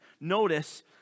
Notice